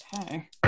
Okay